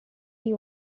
you